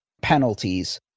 penalties